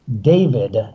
David